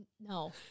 No